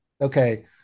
Okay